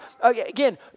Again